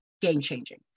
game-changing